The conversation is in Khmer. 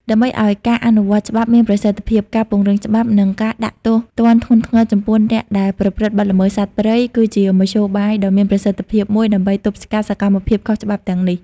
ដើម្បីឲ្យការអនុវត្តច្បាប់មានប្រសិទ្ធភាព ការពង្រឹងច្បាប់ និង ការដាក់ទោសទណ្ឌធ្ងន់ធ្ងរ ចំពោះអ្នកដែលប្រព្រឹត្តបទល្មើសសត្វព្រៃ គឺជាមធ្យោបាយដ៏មានប្រសិទ្ធភាពមួយដើម្បីទប់ស្កាត់សកម្មភាពខុសច្បាប់ទាំងនេះ។